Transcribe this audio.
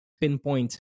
pinpoint